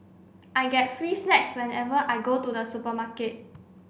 I get free snacks whenever I go to the supermarket